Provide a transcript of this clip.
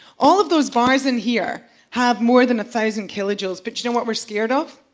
all of those bars in here have more than a thousand kilojoules but you know what we are scared of?